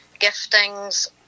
giftings